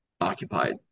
occupied